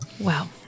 Wow